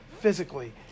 physically